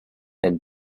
and